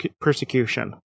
persecution